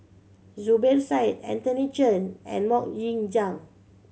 Zubir Said Anthony Chen and Mok Ying Jang